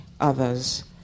others